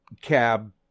cab